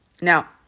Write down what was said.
Now